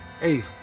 Hey